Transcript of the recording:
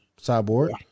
Cyborg